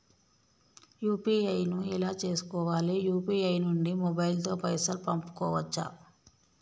UPI ను ఎలా చేస్కోవాలి యూ.పీ.ఐ నుండి మొబైల్ తో పైసల్ పంపుకోవచ్చా?